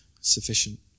sufficient